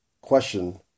question